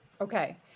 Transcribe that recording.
Okay